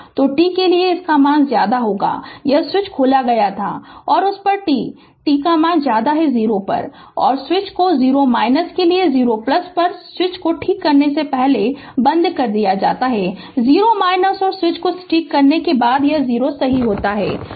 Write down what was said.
तो t के लिए 0 पर यह स्विच खोला गया था और उस पर t पर t 0 पर स्विच को 0 - के लिए 0 पर स्विच करने से ठीक पहले बंद कर दिया जाता है 0 और स्विच करने के ठीक बाद यह 0 सही होता है